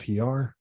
PR